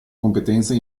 competenze